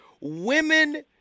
women